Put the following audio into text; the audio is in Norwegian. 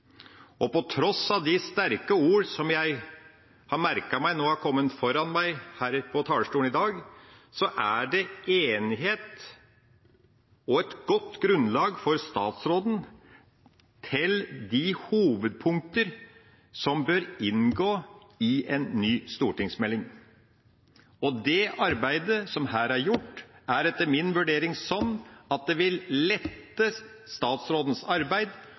stortingsmelding. På tross av de sterke ord som jeg har merket meg nå har kommet fra talere foran meg her på talerstolen i dag, er det enighet og et godt grunnlag for statsråden for de hovedpunkter som bør inngå i en ny stortingsmelding. Det arbeidet som her er gjort, er etter min vurdering sånn at det vil lette statsrådens arbeid